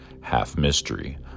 half-mystery